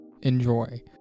enjoy